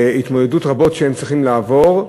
ההתמודדויות רבות שהם צריכים לעבור.